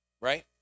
right